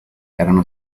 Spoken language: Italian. erano